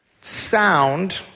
sound